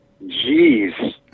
Jeez